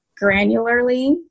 granularly